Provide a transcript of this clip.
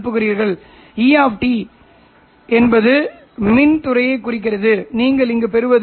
ஆகவே இவை இரண்டும் என்று நாம் கருதினால் நீங்கள் அவற்றைப் பெருக்கலாம்